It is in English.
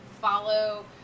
Follow